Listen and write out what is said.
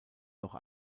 noch